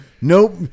nope